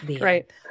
Right